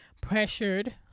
pressured